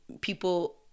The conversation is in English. people